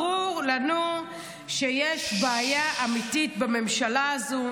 ברור לנו שיש בעיה אמיתי בממשלה הזו,